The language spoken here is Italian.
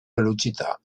velocità